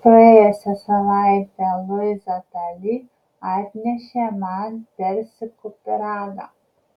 praėjusią savaitę luiza tali atnešė man persikų pyragą